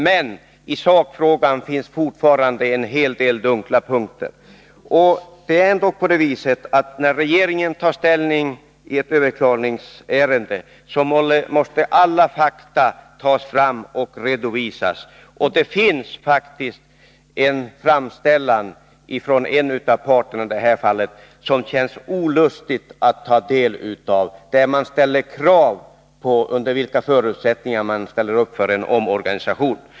Men i sakfrågan finns fortfarande en hel del dunkla punkter. När regeringen tar ställning i ett överklagningsärende måste alla fakta tas fram och redovisas. Det finns faktiskt en framställan från en av parterna i det här fallet som det känns olustigt att ta del av. Där ställer man krav på vilka förutsättningar som erfordras för en omorganisation.